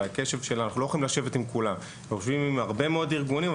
אנחנו יושבים עם הרבה מאוד ארגונים.